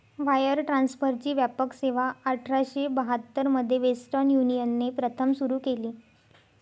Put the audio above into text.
wire ट्रान्सफरची व्यापक सेवाआठराशे बहात्तर मध्ये वेस्टर्न युनियनने प्रथम सुरू केली